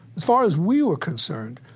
as far as we were concerned,